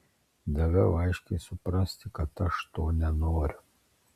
daviau aiškiai suprasti kad aš to nenoriu